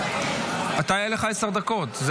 הכנסת יאיר לפיד, בבקשה.